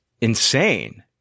insane